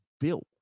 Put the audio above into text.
built